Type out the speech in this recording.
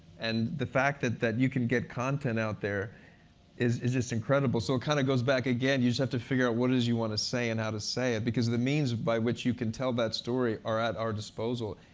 and the fact that that you can get content out there is is just incredible. so it kind of goes back again you just have to figure out what it is you want to say and how to say it. because the means by which you can tell that story are at our disposal.